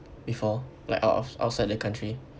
before like out of outside the country